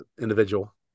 individual